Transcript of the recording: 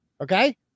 okay